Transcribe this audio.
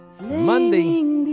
Monday